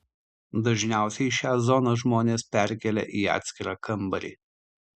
dažniausiai šią zoną žmonės perkelia į atskirą kambarį